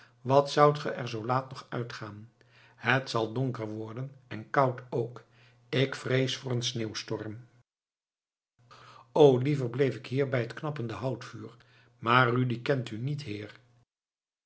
wat zoudt ge er zoo laat nog uitgaan het zal donker worden en koud ook ik vrees voor een sneeuwstorm o liever bleef ik hier bij het knappende houtvuur maar rudi kent u niet heer